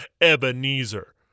Ebenezer